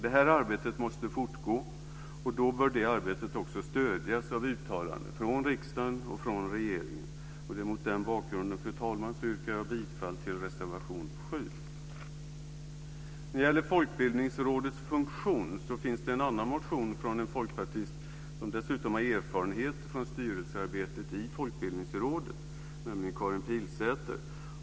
Det här arbetet måste fortgå, och då bör arbetet också stödjas av uttalanden från riksdagen och regeringen. Mot den bakgrunden, fru talman, yrkar jag bifall till reservation 7. När det gäller Folkbildningsrådets funktion finns det en annan motion från en folkpartist, som dessutom har erfarenhet av styrelsearbetet i Folkbildningsrådet, nämligen Karin Pilsäter.